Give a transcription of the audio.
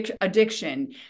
addiction